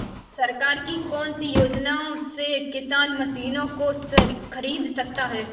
सरकार की कौन सी योजना से किसान मशीनों को खरीद सकता है?